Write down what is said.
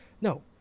No